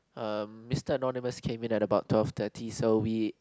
um Mister Annonymous came in like about twelve thirty so we